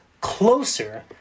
closer